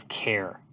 care